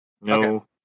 No